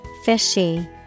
Fishy